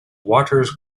waters